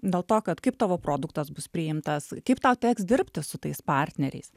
dėl to kad kaip tavo produktas bus priimtas kaip tau teks dirbti su tais partneriais